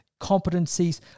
competencies